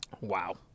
Wow